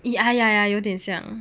ya ya ya 有点像